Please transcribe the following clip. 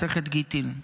מסכת גיטין: